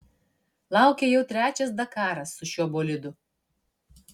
laukia jau trečias dakaras su šiuo bolidu